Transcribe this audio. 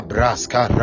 Braska